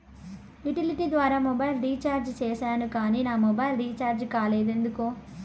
Utility ద్వారా mobile recharge సేసాను కానీ నా మొబైల్ రీచార్జి కాలేదు ఎందుకు?